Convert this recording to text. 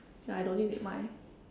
ya I don't think they mind